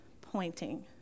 pointing